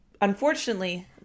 unfortunately